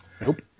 Nope